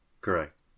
correct